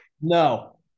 No